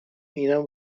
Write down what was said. اینو